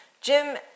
Jim